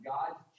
God's